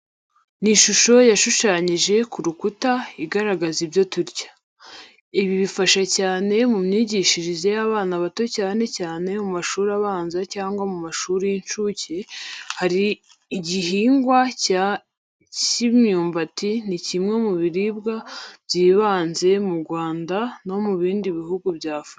Ni shusho yashushanyije ku rukuta, igaragaza ibyo turya. Ibi bifasha cyane mu myigishirize y'abana bato cyane cyane mu mashuri abanza cyangwa mu mashuri y’inshuke. Hari igihingwa cya imyumbati ni kimwe mu biribwa by’ibanze mu Rwanda no mu bindi bihugu bya afurika.